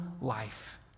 life